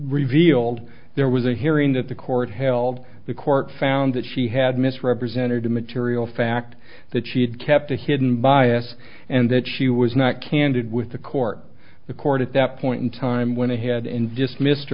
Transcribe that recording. revealed there was a hearing that the court held the court found that she had misrepresented the material fact that she had kept a hidden bias and that she was not candid with the court the court at that point in time went ahead and dismissed